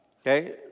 Okay